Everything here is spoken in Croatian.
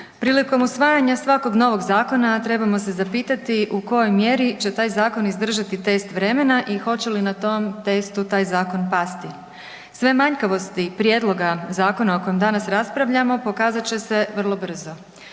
prilikom usvajanja svakog novog zakona trebamo se zapitati u kojoj mjeri će taj zakon zadržati test vremena i hoće li na tom testu taj zakon pasti. Sve manjkavosti prijedloga zakona o kojem danas raspravljamo pokazat će se vrlo brzo.